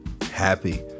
happy